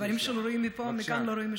דברים שרואים מכאן לא רואים משם.